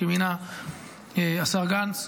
שמינה השר לשעבר גנץ,